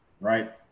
right